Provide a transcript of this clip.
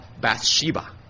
Bathsheba